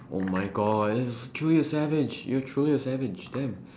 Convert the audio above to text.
oh my god it's truly a savage you're truly a savage damn